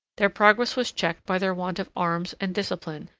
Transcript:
their progress was checked by their want of arms and discipline,